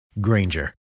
Granger